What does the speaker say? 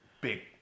Big